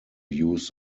use